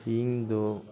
ᱤᱧ ᱫᱚ